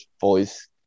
voice